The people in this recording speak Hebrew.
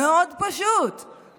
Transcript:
פשוט מאוד.